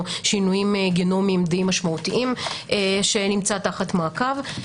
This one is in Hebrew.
שינויים גנומיים די משמעותיים שנמצא תחת מעקב.